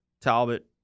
Talbot